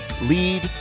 lead